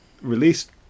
released